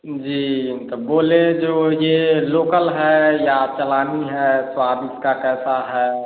जी तो बोले जो ये लोकल है या चलानी है स्वाद इसका कैसा है